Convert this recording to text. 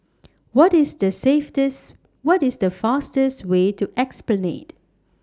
What IS The saveties What IS The fastest Way to Esplanade